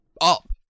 up